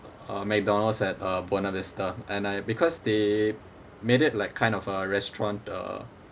uh mcdonald's at uh buona vista and I because they made it like kind of a restaurant uh